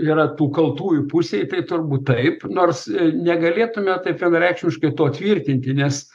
yra tų kaltųjų pusėj tai turbūt taip nors negalėtume taip vienareikšmiškai to tvirtinti nes